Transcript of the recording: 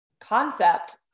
concept